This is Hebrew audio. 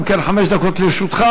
חמש דקות לרשותך.